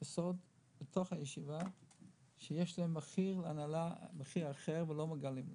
בסוד שיש להנהלה מחיר אחר ולא מגלים אותו.